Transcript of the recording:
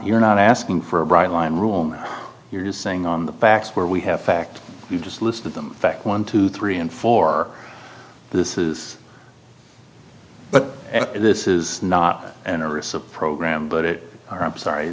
you're not asking for a bright line rule you're just saying on the backs where we have fact you just listed them back one two three and four this is but this is not an or is a program but it or i'm sorry